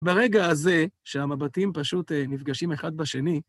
ברגע הזה, שהמבטים פשוט נפגשים אחד בשני,